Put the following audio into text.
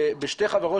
בשתי חברות